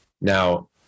Now